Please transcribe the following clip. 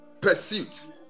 pursuit